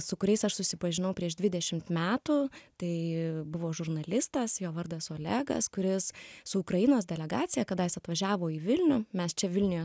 su kuriais aš susipažinau prieš dvidešimt metų tai buvo žurnalistas jo vardas olegas kuris su ukrainos delegacija kadaise atvažiavo į vilnių mes čia vilniuje